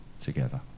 together